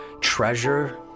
treasure